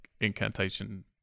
incantation